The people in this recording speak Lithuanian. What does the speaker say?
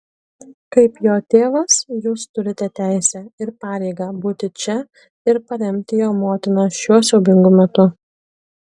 kaip jo tėvas jūs turite teisę ir pareigą būti čia ir paremti jo motiną šiuo siaubingu metu